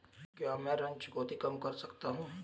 क्या मैं ऋण चुकौती कम कर सकता हूँ?